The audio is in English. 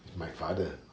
to my father